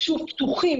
פתוחים,